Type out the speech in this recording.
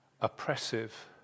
oppressive